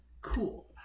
Cool